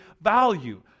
value